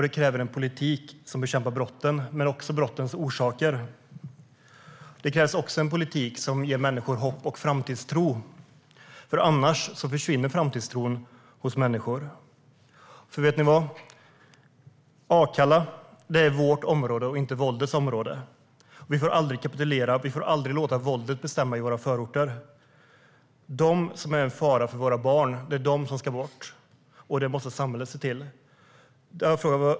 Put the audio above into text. Det krävs en politik som bekämpar brotten men också brottens orsaker. Och det krävs en politik som ger människor hopp och framtidstro. Annars försvinner framtidstron hos människor. Vet ni vad? Akalla är nämligen vårt område, inte våldets område. Vi får aldrig kapitulera. Vi får aldrig låta våldet bestämma i våra förorter. Det är de som är en fara för våra barn som ska bort. Det måste samhället se till.